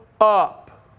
up